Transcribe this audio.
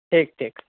ٹھیک ٹھیک